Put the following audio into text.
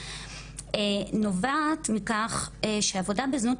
נובעת מכך שעבודה בזנות,